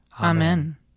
Amen